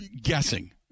guessing